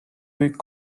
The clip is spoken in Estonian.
kõik